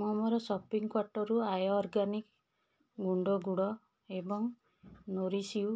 ମୁଁ ମୋର ସପିଂ କ୍ୱାର୍ଟ୍ରୁ ଆର୍ୟ ଅର୍ଗାନିକ୍ ଗୁଣ୍ଡ ଗୁଡ଼ ଏବଂ ନୋରିଶ ୟୁ